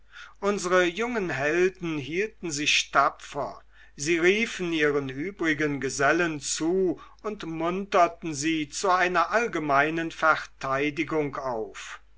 unsre jungen helden hielten sich tapfer sie riefen ihren übrigen gesellen zu und munterten sie zu einer allgemeinen verteidigung auf